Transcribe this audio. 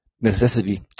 necessity